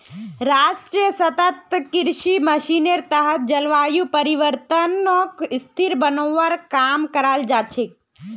राष्ट्रीय सतत कृषि मिशनेर तहत जलवायु परिवर्तनक स्थिर बनव्वा काम कराल जा छेक